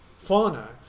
fauna